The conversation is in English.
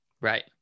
Right